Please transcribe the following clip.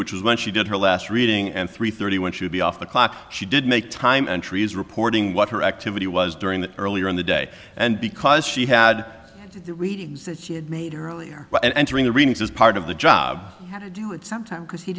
which is when she did her last reading and three thirty one should be off the clock she did make time entries reporting what her activity was during the earlier in the day and because she had readings that she had made earlier and entering the readings as part of the job to do it some time because he